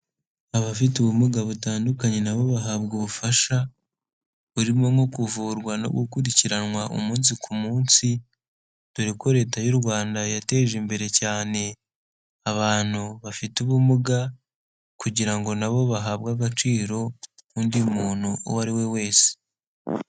Abafite ubumuga butandukanye nabo bahabwa ubufasha, burimo nko kuvurwa no gukurikiranwa umunsi ku munsi dore ko leta y'u rwanda yateje imbere cyane abantu bafite ubumuga kugira ngo nabo bahabwe agaciro nk'undi muntu uwo ari we wese.